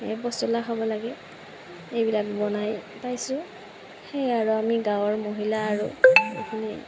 সেয়ে পচলা খাব লাগে সেইবিলাক বনাই পাইছোঁ সেয়ে আৰু আমি গাঁৱৰ মহিলা আৰু এইখিনি